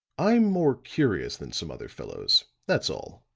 i'm more curious than some other fellows, that's all,